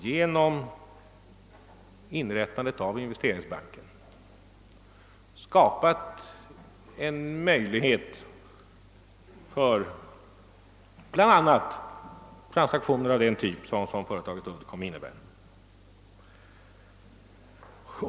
Genom inrättandet av Investeringsbanken har riksdagen skapat en möjlighet för bl.a. transaktioner av den typ som bildandet av företaget Uddcomb utgör.